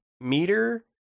meter